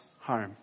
home